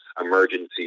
emergency